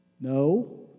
No